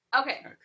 Okay